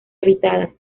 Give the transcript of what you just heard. habitadas